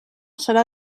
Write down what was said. serà